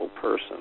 person